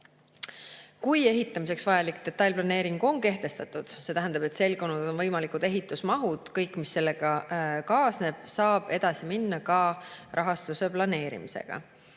Kui ehitamiseks vajalik detailplaneering on kehtestatud, see tähendab, et selgunud on võimalikud ehitusmahud ja kõik, mis sellega kaasneb, siis saab edasi minna ka rahastuse planeerimisega.